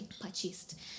purchased